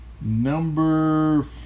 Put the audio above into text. Number